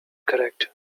correct